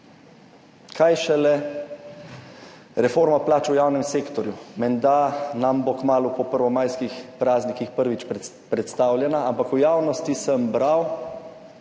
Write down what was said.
Kaj šele reforma plač v javnem sektorju. Menda nam bo kmalu po prvomajskih praznikih prvič predstavljena, ampak v javnosti sem bral,